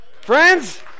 Friends